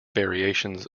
variations